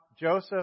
Joseph